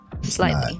Slightly